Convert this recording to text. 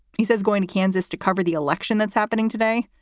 he says going to kansas to cover the election that's happening today,